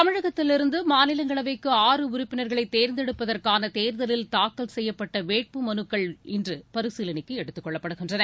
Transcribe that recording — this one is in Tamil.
தமிழகத்திலிருந்து மாநிலங்களவைக்கு ஆறு உறுப்பினர்களை தேர்ந்தெடுப்பதற்கான தேர்தலில் தாக்கல் செய்யப்பட்ட வேட்புமனுக்கள் இன்று பரிசீலனைக்கு எடுத்துக்கொள்ளப்படுகின்றன